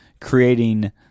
creating